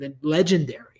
legendary